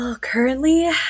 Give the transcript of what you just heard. Currently